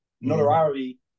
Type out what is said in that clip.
notoriety